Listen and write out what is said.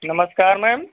नमस्कार मैम